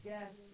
Yes